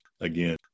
again